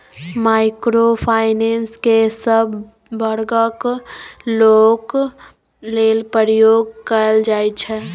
micro finance केँ सब बर्गक लोक लेल प्रयोग कएल जाइ छै